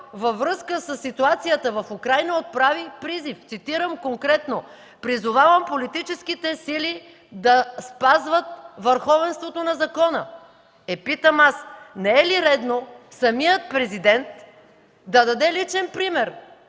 във връзка със ситуацията в Украйна отправи призив, цитирам конкретно: „Призовавам политическите сили да спазват върховенството на закона”. Е, питам аз: не е ли редно самият Президент да даде личен пример,